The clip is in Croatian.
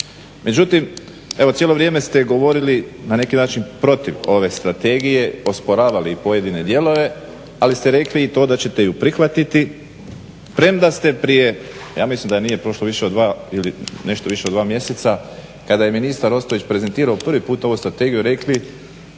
Međutim evo cijelo vrijeme ste govorili na neki način protiv ove strategije, osporavali pojedine dijelove, ali ste rekli i to da ćete ju prihvatiti, premda ste prije, ja mislim da nije prošlo više od dva ili nešto više od dva mjeseca kada je ministar Ostojić prezentirao ovu strategiju rekli